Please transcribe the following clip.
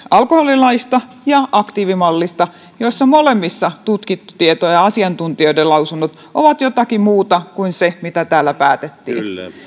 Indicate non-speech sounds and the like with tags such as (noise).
(unintelligible) alkoholilaista ja aktiivimallista joissa molemmissa tutkittu tieto ja asiantuntijoiden lausunnot ovat jotakin muuta kuin se mitä täällä päätettiin